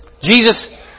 Jesus